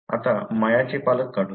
आता मायाचे पालक काढू